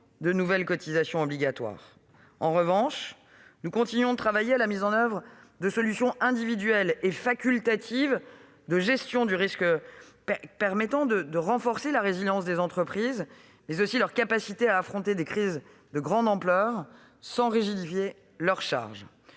-de nouvelles cotisations obligatoires. En revanche, nous continuons de travailler à la mise en oeuvre de solutions individuelles et facultatives de gestion du risque, permettant de renforcer la résilience des entreprises, mais aussi leur capacité à affronter des crises de grande ampleur, sans rigidifier leurs charges.